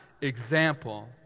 example